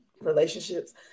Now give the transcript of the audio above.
relationships